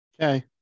Okay